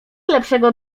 lepszego